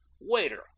Waiter